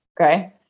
Okay